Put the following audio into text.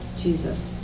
Jesus